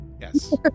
Yes